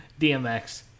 DMX